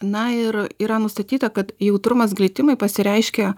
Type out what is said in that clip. na ir yra nustatyta kad jautrumas glitimui pasireiškia